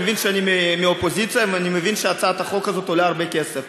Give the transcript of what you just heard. אני מבין שאני מהאופוזיציה ואני מבין שהצעת החוק הזאת עולה הרבה כסף.